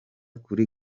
kuri